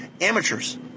Amateurs